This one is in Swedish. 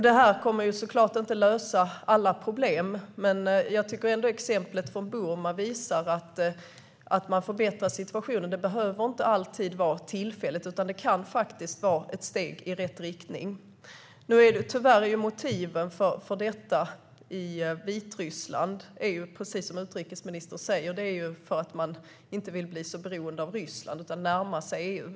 Det här kommer såklart inte att lösa alla problem, men jag tycker att exemplet från Burma visar att en förbättrad situation inte alltid behöver vara tillfällig, utan det kan faktiskt vara ett steg i rätt riktning. Tyvärr är motiven för detta i Vitryssland precis det som utrikesministern säger: Det handlar om att man inte vill bli så beroende av Ryssland och därför närmar sig EU.